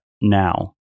now